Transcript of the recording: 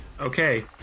Okay